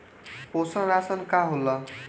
पोषण राशन का होला?